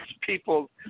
people